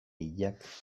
hilak